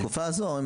בתקופה הזו,